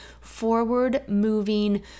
forward-moving